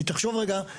כי תחשוב רגע,